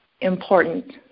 important